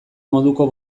moduko